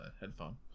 headphone